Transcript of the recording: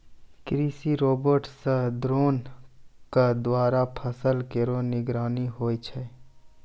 कृषि रोबोट सह द्रोण क द्वारा फसल केरो निगरानी होय छै